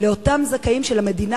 לאותם זכאים של המדינה,